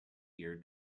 year